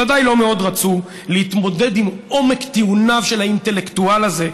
ודאי לא מאוד רצו להתמודד עם עומק טיעוניו של האינטלקטואל הזה,